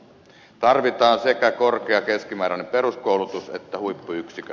tarvitaan sekä korkea keskimääräinen peruskoulutus että huippuyksiköt